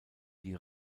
die